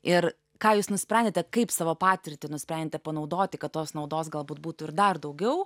ir ką jūs nusprendėte kaip savo patirtį nusprendėte panaudoti kad tos naudos galbūt būtų ir dar daugiau